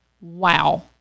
Wow